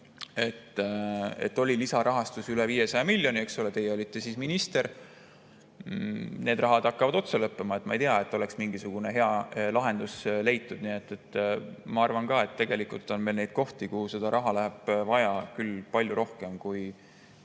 et oli lisarahastus üle 500 miljoni, eks ole, kui teie olite minister. Need rahad hakkavad otsa lõppema ja ma ei tea, et oleks mingisugune hea lahendus leitud. Ma arvan ka, et tegelikult on meil [küllalt] neid kohti, kus raha läheb vaja küll palju rohkem kui